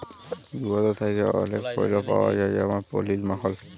দুহুদ থ্যাকে অলেক পল্য পাউয়া যায় যেমল পলির, মাখল